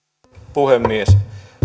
puhemies